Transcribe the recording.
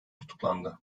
tutuklandı